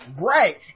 Right